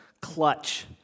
clutch